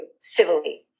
civilly